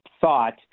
thought